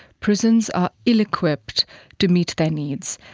prisons are ill-equipped to meet their needs,